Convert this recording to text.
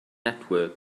network